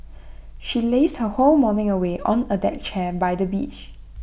she lazed her whole morning away on A deck chair by the beach